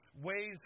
ways